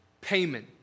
payment